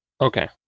Okay